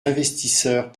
investisseurs